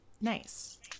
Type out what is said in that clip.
Nice